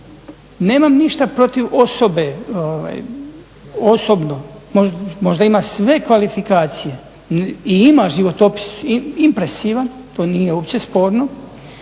nemam ništa protiv osobe osobno možda ima sve kvalifikacije i ima životopis impresivan, to nije uopće sporno.